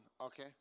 Okay